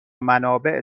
منابع